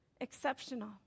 exceptional